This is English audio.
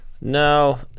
no